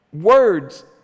words